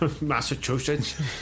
Massachusetts